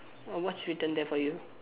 err what's written there for you